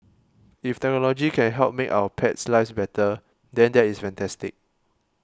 if technology can help make our pets lives better than that is fantastic